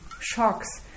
shocks